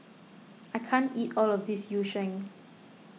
I can't eat all of this Yu Sheng